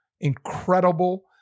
Incredible